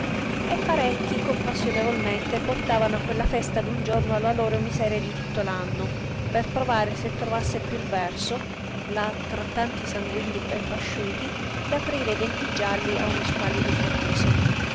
e parecchi compassionevolmente portavano a quella festa d'un giorno la loro miseria di tutto l'anno per provare se trovasse piú il verso là tra tanti sanguigni ben pasciuti d'aprire i denti gialli a uno squallido sorriso